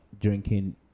drinking